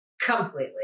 completely